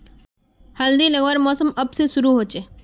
हल्दी लगवार मौसम कब से शुरू होचए?